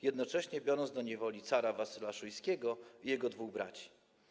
Jednocześnie wziął do niewoli cara Wasyla Szujskiego i jego dwóch braci.